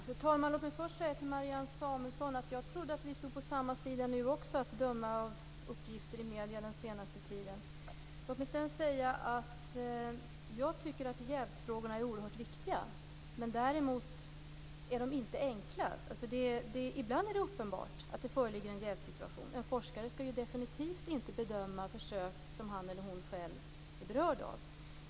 Fru talman! Låt mig först säga till Marianne Samuelsson att jag trodde att vi stod på samma sida nu också, att döma av uppgifter i medierna under den senaste tiden. Jag tycker att jävsfrågorna är oerhört viktiga. Däremot är de inte enkla. Ibland är det uppenbart att en jävssituation föreligger. En forskare skall definitivt inte bedöma försök som han eller hon själv är berörd av.